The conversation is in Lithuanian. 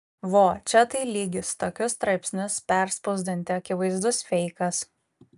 vo čia tai lygis tokius straipsnius perspausdinti akivaizdus feikas